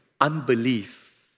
Unbelief